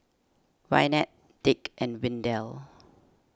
Gwyneth Dick and Windell